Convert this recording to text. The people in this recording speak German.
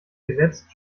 gesetzt